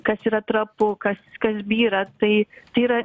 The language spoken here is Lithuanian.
kas yra trapu kas kas byra tai tai yra